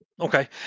Okay